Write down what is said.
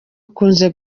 ukunze